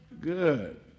Good